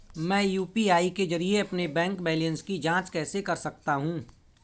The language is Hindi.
मैं यू.पी.आई के जरिए अपने बैंक बैलेंस की जाँच कैसे कर सकता हूँ?